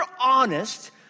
honest